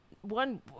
one